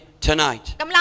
tonight